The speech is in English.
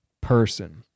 person